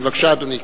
בבקשה, אדוני.